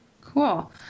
Cool